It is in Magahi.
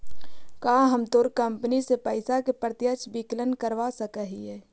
का हम तोर कंपनी से पइसा के प्रत्यक्ष विकलन करवा सकऽ हिअ?